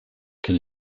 can